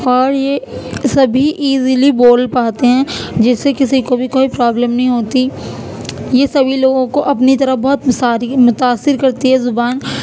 اور یہ سبھی ایزیلی بول پاتے ہیں جس سے کسی کو بھی کوئی پرابلم نہیں ہوتی یہ سبھی لوگوں کو اپنی طرف بہت سادگی متاثر کرتی ہے زبان